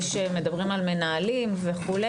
כשמדברים על מנהלים וכו',